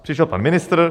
Přišel pan ministr.